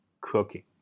cooking